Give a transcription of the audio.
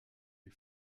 les